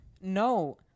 No